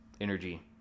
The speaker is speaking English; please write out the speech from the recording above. energy